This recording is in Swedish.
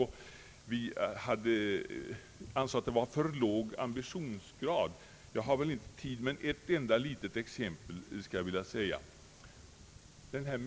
Det sade han som försvar mot vår kritik att ambitionsgraden i den framlagda lagstiftningen är för låg. Jag skall anföra ett enda exempel på den låga ambitionsgraden.